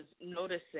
noticing